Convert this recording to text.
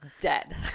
dead